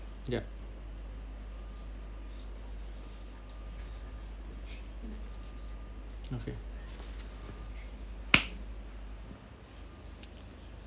yup okay